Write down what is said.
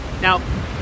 Now